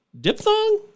diphthong